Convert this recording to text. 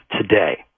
today